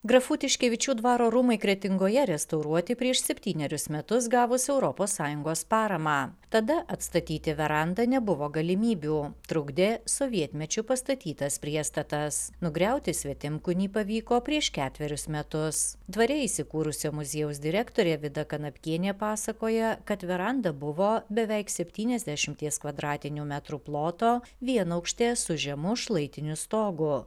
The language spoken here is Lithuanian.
grafų tiškevičių dvaro rūmai kretingoje restauruoti prieš septynerius metus gavus europos sąjungos paramą tada atstatyti verandą nebuvo galimybių trukdė sovietmečiu pastatytas priestatas nugriauti svetimkūnį pavyko prieš ketverius metus dvare įsikūrusio muziejaus direktorė vida kanapkienė pasakoja kad veranda buvo beveik septyniasdešimties kvadratinių metrų ploto vienaukštė su žemu šlaitiniu stogu